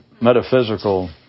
metaphysical